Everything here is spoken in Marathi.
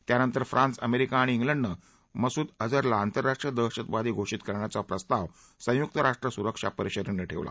त्यानंतर फ्रान्स अमेरिका आणि शिलंडनं मसूद अजहरला आंतरराष्ट्रीय दहशतवादी घोषित करण्याचा प्रस्ताव संयुक्त राष्ट्र सुरक्षा परिषदेनं ठेवला